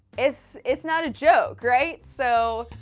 is. is not a joke, right? so.